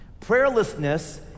Prayerlessness